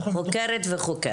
חוקרת וחוקר.